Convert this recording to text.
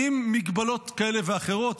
עם מגבלות כאלה ואחרות,